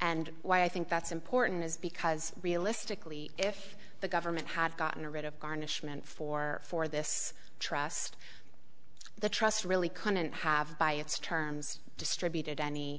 and why i think that's important is because realistically if the government had gotten rid of garnishment for for this trust the trust really couldn't have by its terms distributed any